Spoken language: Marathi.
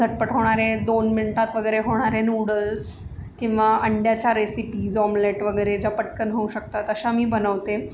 झटपट होणारे दोन मिनटात वगैरे होणारे नूडल्स किंवा अंड्याच्या रेसिपीज ऑमलेट वगैरे ज्या पटकन होऊ शकतात अशा मी बनवते